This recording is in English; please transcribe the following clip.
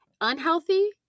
unhealthy